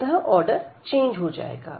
अतः order change हो जाएगा